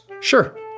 Sure